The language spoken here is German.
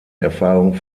erfahrung